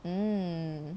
um